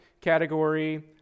category